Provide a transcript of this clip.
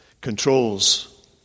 controls